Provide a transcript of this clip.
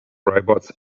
robots